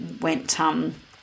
went –